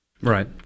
Right